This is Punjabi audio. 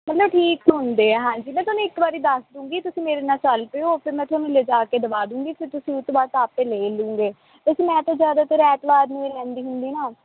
ਮਤਲਬ ਠੀਕ ਹੁੰਦੇ ਆ ਹਾਂਜੀ ਮੈਂ ਤੁਹਾਨੂੰ ਇੱਕ ਵਾਰੀ ਦੱਸ ਦੂੰਗੀ ਤੁਸੀਂ ਮੇਰੇ ਨਾਲ ਚੱਲ ਪਿਓ ਫਿਰ ਮੈਂ ਤੁਹਾਨੂੰ ਲਿਜਾ ਕੇ ਦਵਾ ਦੂੰਗੀ ਫਿਰ ਤੁਸੀਂ ਉਸ ਤੋਂ ਬਾਅਦ ਆਪੇ ਲੈ ਹੀ ਲਉਗੇ ਵੈਸੇ ਮੈਂ ਤਾਂ ਜ਼ਿਆਦਾਤਰ ਐਤਵਾਰ ਨੂੰ ਹੀ ਲੈਂਦੀ ਹੁੰਦੀ ਨਾ